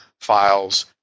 files